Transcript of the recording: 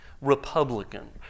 Republican